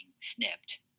snipped